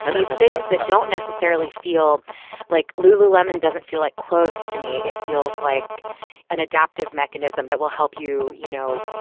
these things that don't necessarily feel like, lululemon doesn't feel like clothes to me. it feels like an adaptive mechanism that will help you, you know.